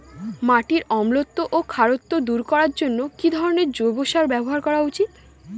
মাটির অম্লত্ব ও খারত্ব দূর করবার জন্য কি ধরণের জৈব সার ব্যাবহার করা উচিৎ?